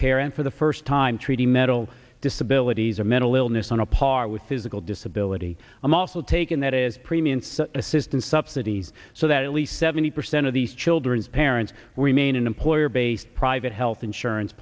care and for the first time treaty metal disability or mental illness on a par with physical disability i'm also taking that is premium assistance subsidies so that at least seventy percent of these children's parents remain in employer based private health insurance